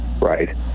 right